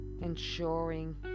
ensuring